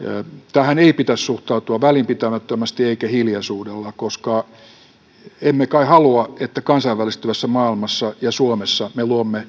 tähän ei pitäisi suhtautua välinpitämättömästi eikä hiljaisuudella koska emme kai halua että kansainvälistyvässä maailmassa ja suomessa me luomme